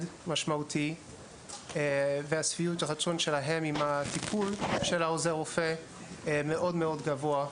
משמעותי ושביעות הרצון שלהם מהטיפול של עוזר הרופא מאוד מאוד גבוהה.